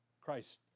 Christ